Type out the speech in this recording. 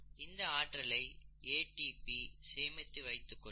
இந்த ஆற்றலை ATP சேமித்து வைத்துக் கொள்ளும்